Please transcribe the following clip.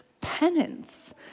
penance